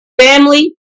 family